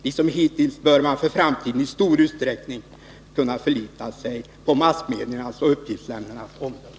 Liksom hittills bör man för framtiden i stor utsträckning kunna förlita sig på massmediernas och uppgiftslämnarnas omdöme och ansvarskänsla.”